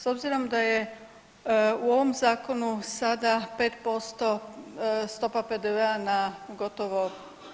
S obzirom da je u ovom zakonu sada 5% stopa PDV-a na gotovo